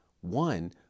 one